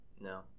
No